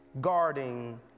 guarding